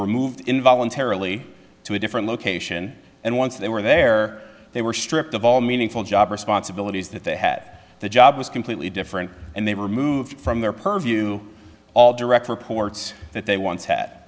were moved in voluntarily to a different location and once they were there they were stripped of all meaningful job responsibilities that they had the job was completely different and they were removed from their purview all direct reports that they